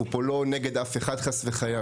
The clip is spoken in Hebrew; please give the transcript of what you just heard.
אנחנו פה לא נגד אף אחד, חס וחלילה.